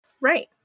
Right